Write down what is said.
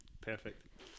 Perfect